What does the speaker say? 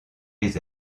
les